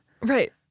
Right